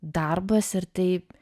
darbas ir tai